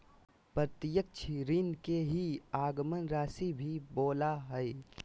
प्रत्यक्ष ऋण के ही आगमन राशी भी बोला हइ